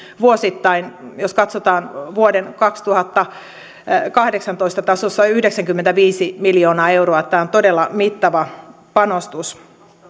vuosittain jos katsotaan vuoden kaksituhattakahdeksantoista tasossa yhdeksänkymmentäviisi miljoonaa euroa tämä on todella mittava panostus